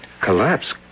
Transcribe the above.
Collapse